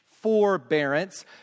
forbearance